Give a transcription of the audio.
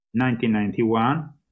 1991